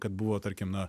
kad buvo tarkim na